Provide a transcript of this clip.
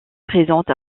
présente